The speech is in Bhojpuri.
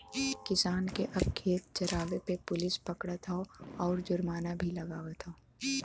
किसान के अब खेत जरावे पे पुलिस पकड़त हौ आउर जुर्माना भी लागवत हौ